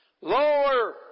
Lower